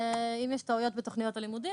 אם יש טעויות בתוכניות הלימודים,